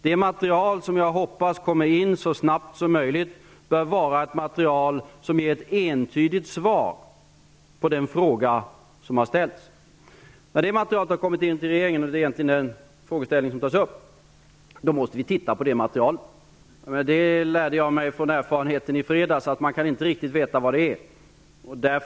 Det material som jag hoppas kommer in så snabbt som möjligt bör ge ett entydigt svar på den fråga som har ställts. När materialet har kommit in till regeringen, vilket egentligen är den frågeställning som tas upp, måste vi gå igenom materialet. Jag lärde mig av erfarenheten i fredags att man inte riktigt kan veta vad materialet innehåller.